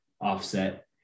offset